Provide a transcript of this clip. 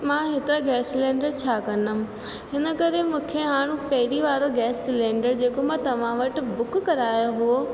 मां हेतिरा gas cylinder छा कंदमि हिन करे मूंखे हाणे पहिरीं वारो गैस सिलेंडर जेको मां तव्हां वटि बुक करायो हुओ